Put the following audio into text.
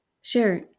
Sure